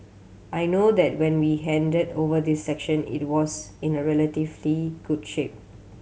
I know that when we handed over this section it was in a relatively good shape